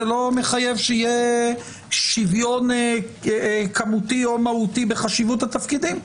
זה לא מחייב שיהיה שוויון כמותי או מהותי בחשיבות התפקידים.